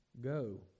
go